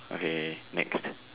okay next